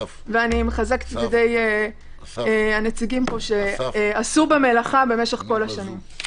אני מחזקת את ידי הנציגים פה שעשו במלאכה במשך כל השנים.